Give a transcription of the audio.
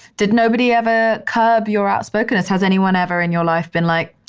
did nobody ever curb your outspokenness? has anyone ever in your life been like,